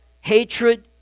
hatred